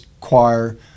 choir